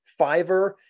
Fiverr